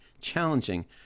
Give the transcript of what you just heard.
challenging